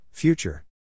Future